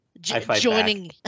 joining